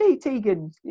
Tegan